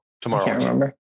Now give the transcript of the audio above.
Tomorrow